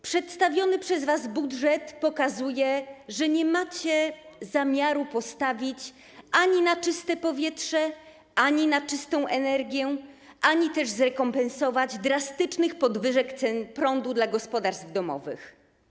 Przedstawiony przez was budżet pokazuje, że nie macie zamiaru postawić ani na czyste powietrze, ani na czystą energię ani też zrekompensować drastycznych podwyżek cen prądu dla gospodarstw domowych.